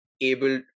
able